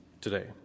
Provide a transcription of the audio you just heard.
today